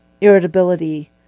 irritability